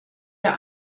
der